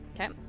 Okay